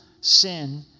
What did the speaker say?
sin